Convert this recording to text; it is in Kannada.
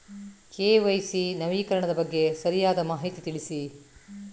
ಕೆ.ವೈ.ಸಿ ನವೀಕರಣದ ಬಗ್ಗೆ ಸರಿಯಾದ ಮಾಹಿತಿ ತಿಳಿಸಿ?